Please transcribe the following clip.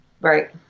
Right